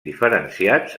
diferenciats